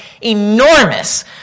enormous